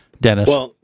Dennis